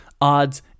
odds